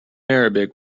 arabic